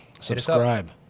Subscribe